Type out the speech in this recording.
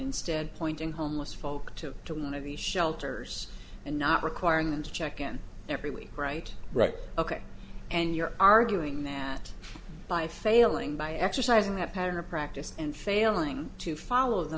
instead pointing homeless folk to to one of the shelters and not requiring them to check in every week right right ok and you're arguing that by failing by exercising that power practice and failing to follow the